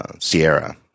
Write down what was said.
Sierra